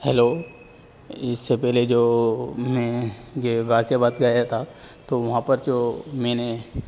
hello اس سے پہلے جو میں یہ غازی آباد گیا تھا تو وہاں پر جو میں نے